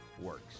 works